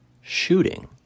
shooting